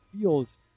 feels